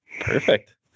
Perfect